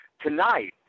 Tonight